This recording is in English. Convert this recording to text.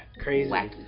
crazy